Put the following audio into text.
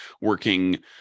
working